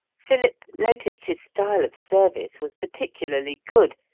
philip noticed his style of service was particularly good,